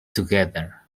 together